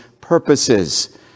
purposes